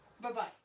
Bye-bye